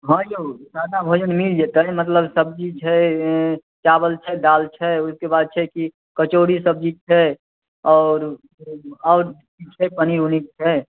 हँ यौ सादा भोजन मिल जेतै मतलब सब्जी छै चावल छै दालि छै ओहिके बाद छै कि कचौड़ी सब्जी छै आओर आओर छै पनीर उनीर छै